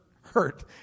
hurt